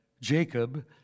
Jacob